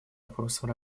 вопросам